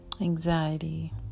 anxiety